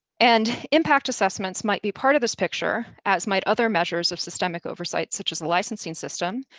and impact assessments might be part of this picture, as might other measures of systemic oversight such as the licensing system,